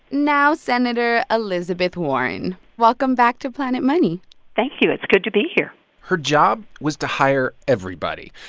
now, senator elizabeth warren, welcome back to planet money thank you. it's good to be here her job was to hire everybody.